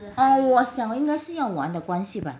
嗯我想我应该是用完的关系吧